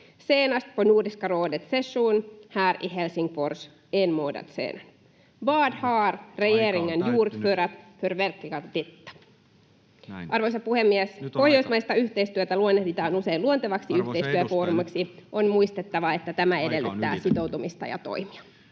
senast under Nordiska rådets session här i Helsingfors för en månad sedan. Vad har regering gjort [Puhemies: Aika on täyttynyt!] för att förverkliga detta? Arvoisa puhemies! Pohjoismaista yhteistyötä luonnehditaan usein luontevaksi... ...yhteistyöfoorumiksi. On muistettava, että tämä edellyttää sitoutumista ja toimia.